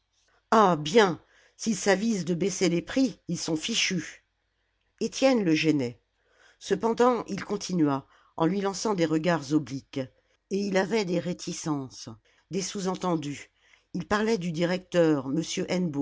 ah bien s'ils s'avisent de baisser les prix ils sont fichus étienne le gênait cependant il continua en lui lançant des regards obliques et il avait des réticences des sous-entendus il parlait du directeur